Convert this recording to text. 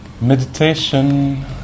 Meditation